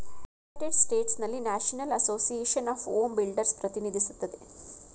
united ಸ್ಟೇಟ್ಸ್ನಲ್ಲಿ national association of home builders ಪ್ರತಿನಿಧಿಸುತ್ತದೆ